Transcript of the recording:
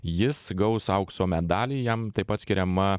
jis gaus aukso medalį jam taip pat skiriama